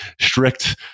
strict